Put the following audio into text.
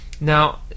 Now